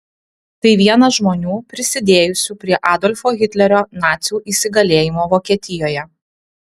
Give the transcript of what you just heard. tai vienas žmonių prisidėjusių prie adolfo hitlerio nacių įsigalėjimo vokietijoje